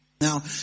Now